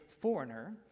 foreigner